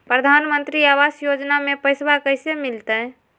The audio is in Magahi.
प्रधानमंत्री आवास योजना में पैसबा कैसे मिलते?